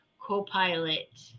co-pilot